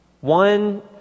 One